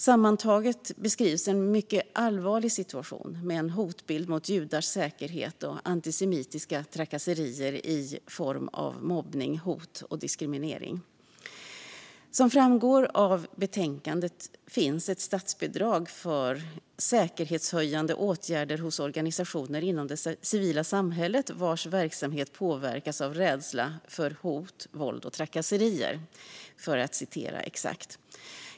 Sammantaget beskrivs en mycket allvarlig situation med en hotbild mot judars säkerhet och antisemitiska trakasserier i form av mobbning, hot och diskriminering. Som framgår av betänkandet finns ett statsbidrag för "säkerhetshöjande åtgärder hos organisationer inom det civila samhället vars verksamhet påverkas av rädsla för hot, våld och trakasserier", för att citera exakt.